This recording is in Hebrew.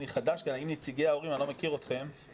האם נציגי ההורים אני לא מכיר אתכם אבל אני